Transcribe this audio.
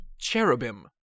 Cherubim